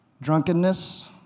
drunkenness